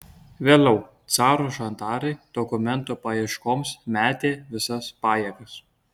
vėliau caro žandarai dokumento paieškoms metė visas pajėgas